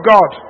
God